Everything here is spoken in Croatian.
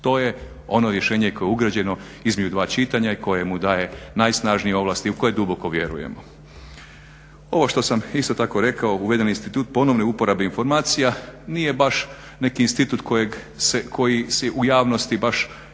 To je ono rješenje koje je ugrađeno između dva čitanja i koje mu daje najsnažnije ovlasti u koje duboko vjerujem. Ovo što sam isto tako rekao, uvedeni institut ponovne uporabe informacija nije baš neki institut kojeg se, koji se u javnosti baš, ja